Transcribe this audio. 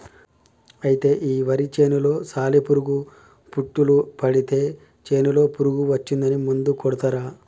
అయితే ఈ వరి చేనులో సాలి పురుగు పుట్టులు పడితే చేనులో పురుగు వచ్చిందని మందు కొడతారు